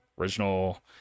original